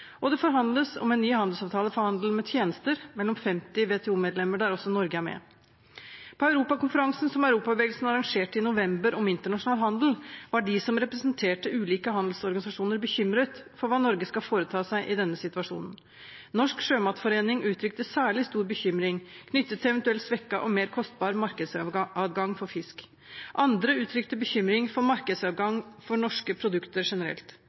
Og det forhandles om en ny handelsavtale for handel med tjenester mellom 50 WTO-medlemmer, der også Norge er med. På Europakonferansen som Europabevegelsen arrangerte i november, om internasjonal handel, var de som representerte ulike handelsorganisasjoner, bekymret for hva Norge skal foreta seg i denne situasjonen. Norges Sjømatforening uttrykte særlig stor bekymring knyttet til eventuelt svekket og mer kostbar markedsadgang for fisk. Andre uttrykte bekymring for markedsadgang for norske produkter generelt.